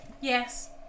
Yes